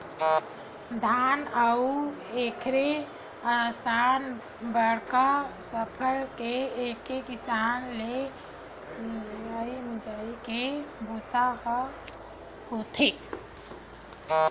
धान अउ एखरे असन बड़का फसल के एके किसम ले लुवई मिजई के बूता ह होथे